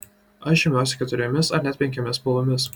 aš žymiuosi keturiomis ar net penkiomis spalvomis